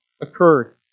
occurred